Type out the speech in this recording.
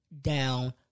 down